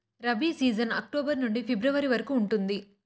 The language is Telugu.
రబీ సీజన్ అక్టోబర్ నుండి ఫిబ్రవరి వరకు ఉంటుంది